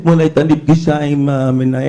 אתמול הייתה לי פגישה עם המנהלת,